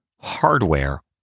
hardware